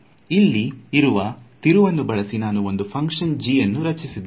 ಇಲ್ಲಿ ಇರುವ ತಿರುವನ್ನು ಬಳಸಿ ನಾನು ಒಂದು ಫ್ಹಂಕ್ಷನ್ g ಅನ್ನು ರಚಿಸುತ್ತೇನೆ